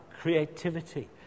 creativity